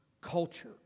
culture